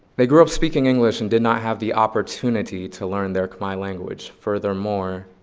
they grew up speaking english and did not have the opportunity to learn their khmer language. furthermore,